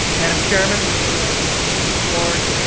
madam chairman, members of the school board,